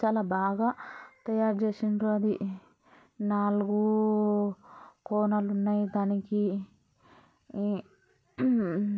చానా బాగా తయారుచేసారు అవి నాలుగు కోనలు ఉన్నాయి దానికి